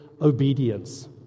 obedience